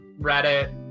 Reddit